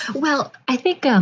well, i think, um,